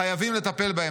חייבים לטפל בהם.